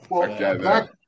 Back